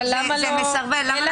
אבל הוא יבדוק